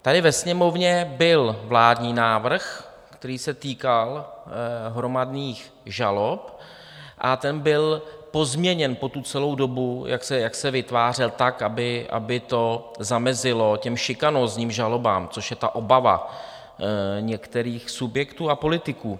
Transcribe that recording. Tady ve Sněmovně byl vládní návrh, který se týkal hromadných žalob, a ten byl pozměněn po celou dobu, jak se vytvářel, tak, aby to zamezilo šikanózním žalobám, což je obava některých subjektů a politiků.